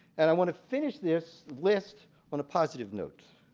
and i want to finish this list on a positive note.